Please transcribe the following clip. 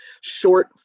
short